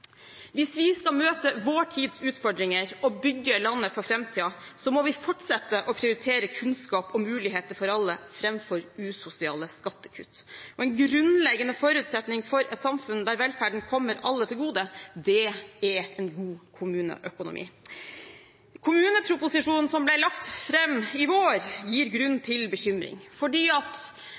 Hvis vi skal møte vår tids utfordringer og bygge landet for framtiden, må vi fortsette å prioritere kunnskap og muligheter for alle framfor usosiale skattekutt, og en grunnleggende forutsetning for et samfunn der velferden kommer alle til gode, er en god kommuneøkonomi. Kommuneproposisjonen som ble lagt fram i vår, gir grunn til bekymring, fordi